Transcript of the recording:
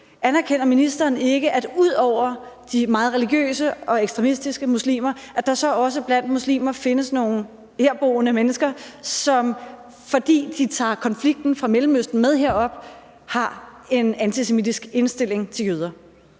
Anerkender ministeren ikke, at der ud over de meget religiøse og ekstremistiske muslimer også blandt andre herboende muslimer findes nogle mennesker, som, fordi de tager konflikten fra Mellemøsten med herop, har en antisemitisk indstilling til jøder?